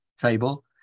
table